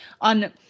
on